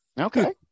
Okay